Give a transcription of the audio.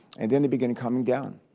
and then it began coming down.